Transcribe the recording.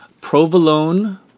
provolone